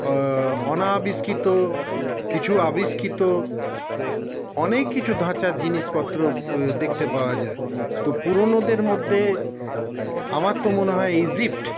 অনাবিষ্কৃত কিছু আবিষ্কৃত অনেক কিছু ধাঁচা জিনিসপত্র দেখতে পাওয়া যায় তো পুরনোদের মধ্যে আমার তো মনে হয় ইজিপ্ট